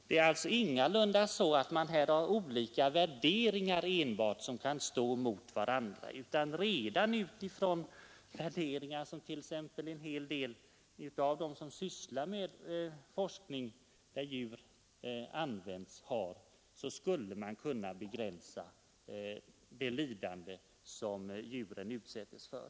Det är alltså ingalunda så att olika värderingar enbart står emot varandra, utan redan utifrån värderingarna hos många av dem som t.ex. sysslar med forskning där djur används skulle man kunna begränsa det lidande som djuren utsätts för.